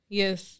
yes